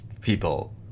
people